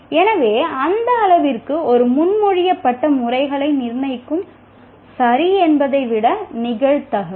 எனவே அந்த அளவிற்கு இது முன்மொழியப்பட்ட முறைகள் நிர்ணயிக்கும் சரி என்பதை விட நிகழ்தகவு